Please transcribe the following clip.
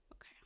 Okay